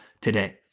today